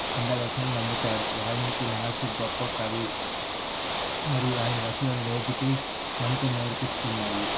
ఉండవచ్ఛని నమ్ముతారు వాల్మీకి మహర్షి గొప్ప కవి మరియు ఆయన రచనలు నేటికి మనకు నేర్పిస్తున్నాయి